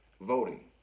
voting